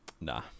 Nah